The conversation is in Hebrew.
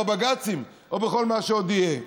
בבג"צים או בכל מה שעוד יהיה.